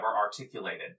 articulated